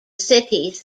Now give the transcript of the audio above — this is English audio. cities